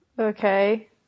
Okay